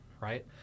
Right